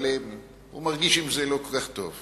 אבל, הוא מרגיש עם זה לא כל כך טוב.